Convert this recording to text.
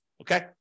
okay